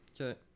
Okay